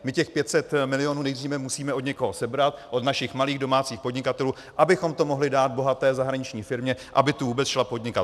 My těch 500 milionů nejdříve musíme od někoho sebrat, od našich malých domácích podnikatelů, abychom to mohli dát bohaté zahraniční firmě, aby sem vůbec šla podnikat.